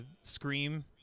scream